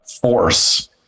force